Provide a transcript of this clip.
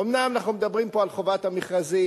אומנם אנחנו מדברים פה על חובת המכרזים,